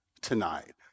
tonight